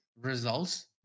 results